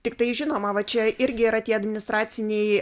tiktai žinoma va čia irgi yra tie administraciniai